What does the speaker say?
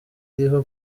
iriho